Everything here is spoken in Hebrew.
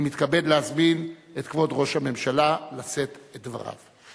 אני מתכבד להזמין את כבוד ראש הממשלה לשאת את דבריו.